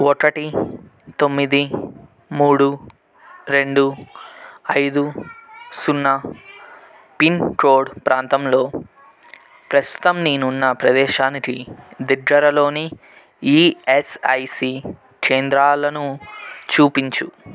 ఒకటి తొమ్మిది మూడు రెండు ఐదు సున్నా పిన్కోడ్ ప్రాంతంలో ప్రస్తుతం నేనున్న ప్రదేశానికి దగ్గరలోని ఈఎస్ఐసి కేంద్రాలును చూపించు